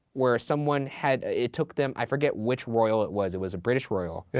where someone had, it took them, i forget which royal it was, it was a british royal. yeah.